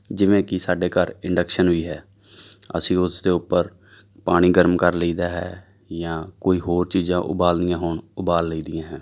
ਜਿਵੇਂ ਕਿ ਸਾਡੇ ਘਰ ਇੰਡਕਸ਼ਨ ਵੀ ਹੈ ਅਸੀਂ ਉਸ ਦੇ ਉੱਪਰ ਪਾਣੀ ਗਰਮ ਕਰ ਲਈਦਾ ਹੈ ਜਾਂ ਕੋਈ ਹੋਰ ਚੀਜ਼ਾਂ ਉਬਾਲਣੀਆਂ ਹੋਣ ਉਬਾਲ ਲਈ ਦੀਆਂ ਹੈ